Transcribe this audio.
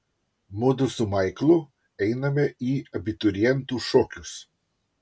mudu su maiklu einame į abiturientų šokius